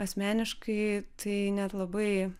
asmeniškai tai net labai